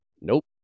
nope